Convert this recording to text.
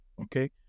okay